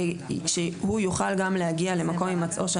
שהוא יוכל גם להגיע למקום הימצאו של